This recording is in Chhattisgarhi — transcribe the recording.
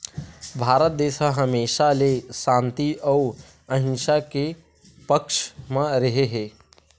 भारत देस ह हमेसा ले सांति अउ अहिंसा के पक्छ म रेहे हे